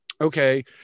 Okay